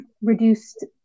reduced